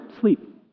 sleep